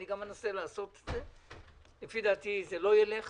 אני גם אנסה לעשות את זה אבל לפי דעתי זה לא ילך